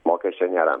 mokesčio nėra